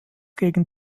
gegen